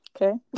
Okay